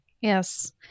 Yes